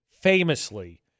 famously